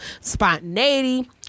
spontaneity